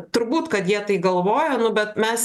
turbūt kad jie tai galvojo nu bet mes